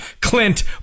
Clint